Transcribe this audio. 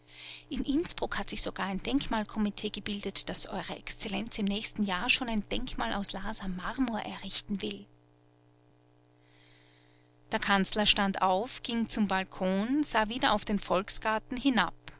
in innsbruck hat sich sogar ein denkmalkomitee gebildet das eurer exzellenz im nächsten jahr schon ein denkmal aus laaser marmor errichten will der kanzler stand auf ging zum balkon sah wieder auf den volksgarten hinab